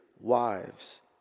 wives